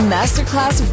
Masterclass